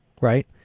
right